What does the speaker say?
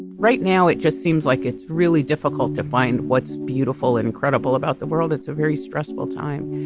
right now, it just seems like it's really difficult to find what's beautiful and incredible about the world. it's a very stressful time.